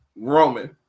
Roman